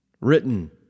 written